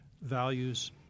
values